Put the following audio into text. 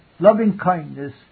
loving-kindness